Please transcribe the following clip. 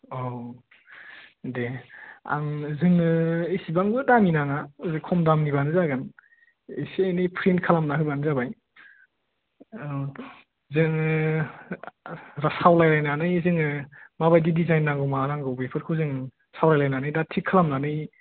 औ दे आं जोङो इसिबांबो दामि नाङा खम दामनिब्लानो जागोन एसे एनै प्रिन्ट खालामना होब्लानो जाबाय औ जोङो सावरायज्लायनानै जोङो माबायदि डिजाइन नांगौ मा नांगौ बेफोरखौ जों सावरायलायनानै दा थिग खालामनानै